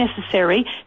necessary